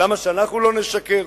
למה אנחנו לא נשקר?